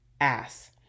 ass